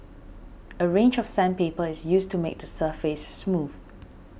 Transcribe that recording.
a range of sandpaper is used to make the surface smooth